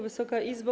Wysoka Izbo!